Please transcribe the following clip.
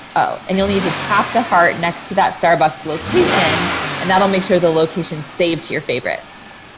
oh, and you'll need to tap the heart next to that starbucks location and that'll make sure the location saved to your favorites.